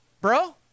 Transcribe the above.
bro